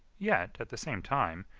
yet, at the same time,